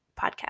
podcast